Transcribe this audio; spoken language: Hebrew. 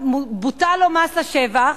בוטל לו מס השבח,